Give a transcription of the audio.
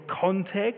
context